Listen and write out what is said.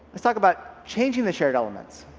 let's talk about changing the shared elements.